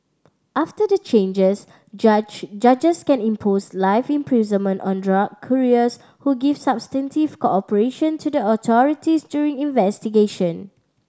after the changes judge judges can impose life imprisonment on drug couriers who give substantive cooperation to the authorities during investigation